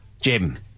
Jim